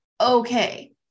okay